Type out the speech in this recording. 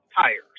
tires